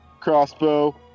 crossbow